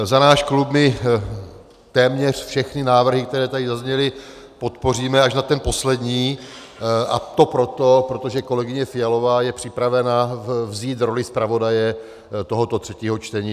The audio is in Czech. Za náš klub my téměř všechny návrhy, které tady zazněly, podpoříme, až na ten poslední, a to proto, protože kolegyně Fialová je připravena vzít roli zpravodaje tohoto třetího čtení.